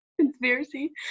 Conspiracy